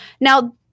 Now